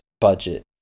budget